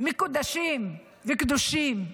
מקודשים וקדושים.